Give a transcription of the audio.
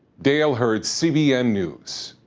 dale hurd, cbn news.